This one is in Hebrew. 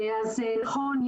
נכון,